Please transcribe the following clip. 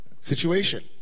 situation